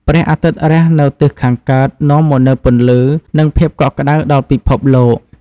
ព្រះអាទិត្យរះនៅទិសខាងកើត នាំមកនូវពន្លឺ និងភាពកក់ក្តៅដល់ពិភពលោក។